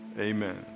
Amen